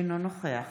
אינו נוכח